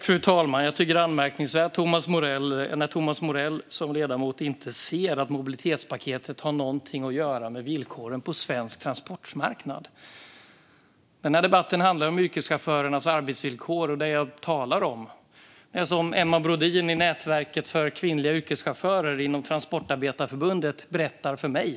Fru talman! Jag tycker att det är anmärkningsvärt när Thomas Morell som ledamot anser att mobilitetspaketet inte har någonting med villkoren på svensk transportmarknad att göra. Den här debatten handlar om yrkeschaufförernas arbetsvillkor, och det jag talar om är det som Emma Brodin i nätverket för kvinnliga yrkeschaufförer inom Transportarbetareförbundet berättar för mig.